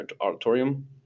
Auditorium